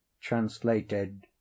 translated